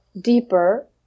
deeper